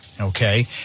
Okay